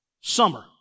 summer